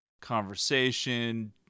conversation